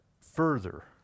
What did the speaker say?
further